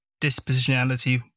dispositionality